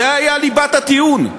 זו הייתה ליבת הטיעון.